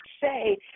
say